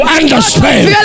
understand